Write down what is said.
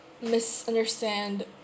misunderstand